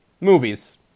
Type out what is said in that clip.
Movies